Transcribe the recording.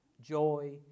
joy